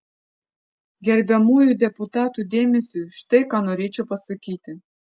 gerbiamųjų deputatų dėmesiui štai ką norėčiau pasakyti